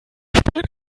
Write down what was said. spät